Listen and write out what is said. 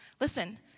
Listen